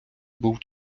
був